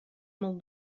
molt